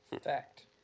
Fact